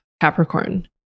Capricorn